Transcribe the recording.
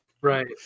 Right